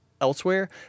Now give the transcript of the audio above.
elsewhere